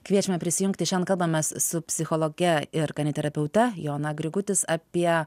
kviečiame prisijungti šian kalbamės su psichologe ir kaniterapeute joana grigutis apie